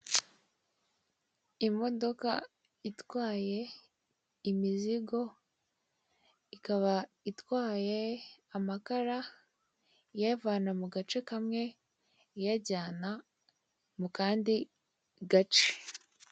Imodoka itwaye imizigo ikaba itwaye amakara iyavana mu gace kamwe iyajyana mu kandi gace.